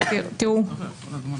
טלי, בבקשה.